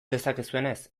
dezakezuenez